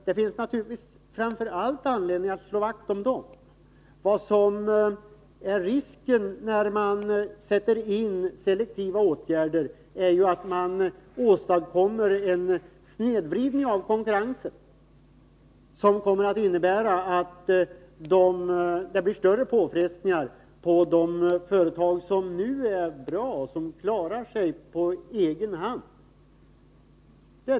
Det finns naturligtvis framför allt anledning att slå vakt om dem. Risken med att sätta in selektiva åtgärder är ju att man åstadkommer en snedvridning av konkurrensen som kommer att innebära att det blir större påfrestningar på de företag som nu klarar sig på egen hand.